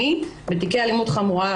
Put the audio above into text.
קראתי קצת פרסומים מהעת האחרונה,